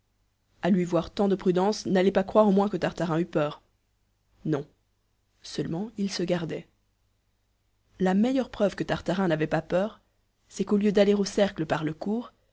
a lui voir tant de prudence n'allez pas croire au moins que tartarin eût peur non seulement il se gardait la meilleure preuve que tartarin n'avait pas peur c'est qu'au lieu d'aller au cercle par le cours